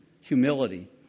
humility